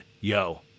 yo